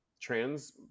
Trans